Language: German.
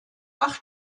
acht